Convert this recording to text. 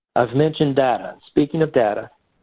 i've mentioned data. speaking of data,